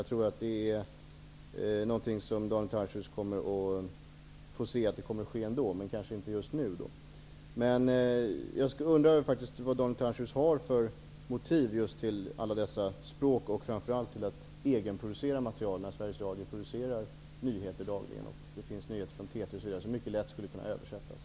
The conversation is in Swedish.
Jag tror att Daniel Tarschys kommer att få se att det sker ändå, men kanske inte just nu. Jag undrar vad Daniel Tarschys har för motiv till att vi skall behålla sändningar på alla dessa språk, och framför allt vad han har för motiv till att man skall egenproducera material när Sveriges Radio producerar nyheter dagligen. Det finns nyheter från TT osv. som mycket lätt skulle kunna översättas.